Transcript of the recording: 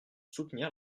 soutenir